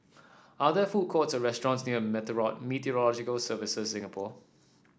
are there food courts or restaurants near Meteorological Services Singapore